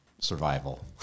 Survival